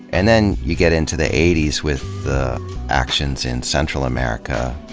and then you get into the eighty s with the actions in central america,